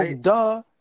duh